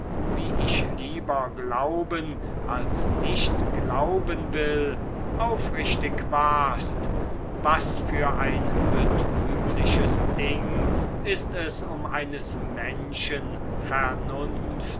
wie ich lieber glauben als nicht glauben will aufrichtig warst was für ein betrügliches ding ist es um eines menschen